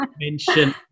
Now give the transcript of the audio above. mention